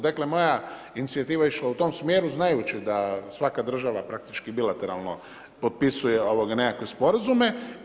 Dakle moja inicijativa je išla u tom smjeru znajući da svaka država praktički bilateralno potpisuje nekakve sporazume.